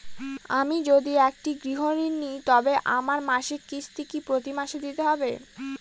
আমি যদি একটি গৃহঋণ নিই তবে আমার মাসিক কিস্তি কি প্রতি মাসে দিতে হবে?